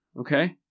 okay